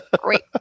great